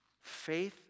Faith